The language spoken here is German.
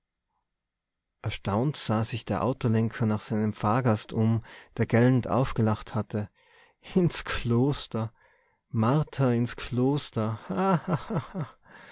erstaunt sah sich der autolenker nach seinem fahrgast um der gellend aufgelacht hatte ins kloster martha ins kloster